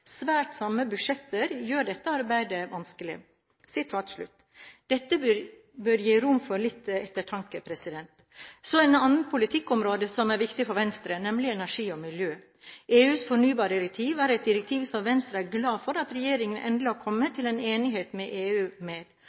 Svært stramme budsjetter gjør dette arbeidet vanskelig.» Dette bør gi rom for litt ettertanke. Så et annet politikkområde som er viktig for Venstre, nemlig energi og miljø. EUs fornybardirektiv er et direktiv som Venstre er glad for at regjeringen endelig har kommet til en enighet med EU